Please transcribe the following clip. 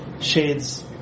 shades